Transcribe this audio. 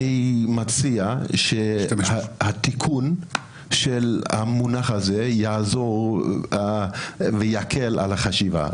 אני מציע שהתיקון של המונח הזה יעזור ויקל על החשיבה.